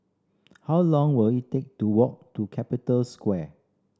how long will it take to walk to Capital Square